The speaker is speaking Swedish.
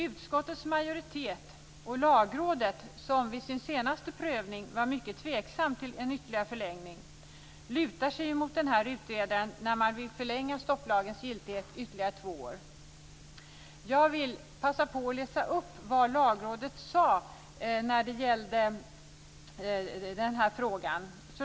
Utskottets majoritet och Lagrådet, som vid sin senaste prövning var mycket tveksamt till en ytterligare förlängning, lutar sig emot utredaren när man vill förlänga stopplagens giltighet ytterligare två år. Jag vill passa på att läsa upp vad Lagrådet sade när det gällde denna fråga.